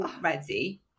ready